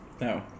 No